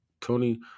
Tony